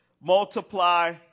multiply